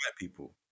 people